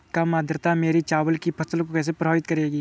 कम आर्द्रता मेरी चावल की फसल को कैसे प्रभावित करेगी?